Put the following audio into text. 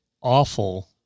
awful